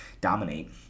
dominate